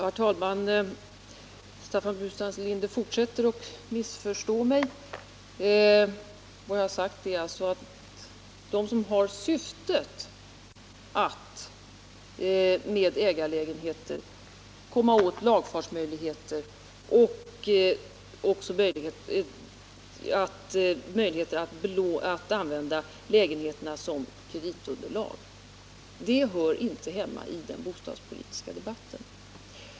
Herr talman! Staffan Burenstam Linder fortsätter att missförstå mig. Vad jag sagt är alltså att förslag som syftar till att man med ägarlägenheter skall kunna utnyttja lagfartsmöjligheter och använda lägenheterna som kreditunderlag hör inte hemma i den bostadspolitiska debatten.